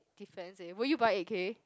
give friends leh will you buy eight K